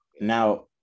Now